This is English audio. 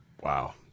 Wow